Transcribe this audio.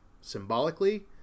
symbolically